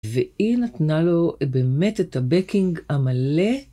והיא נתנה לו באמת את הבקינג המלא.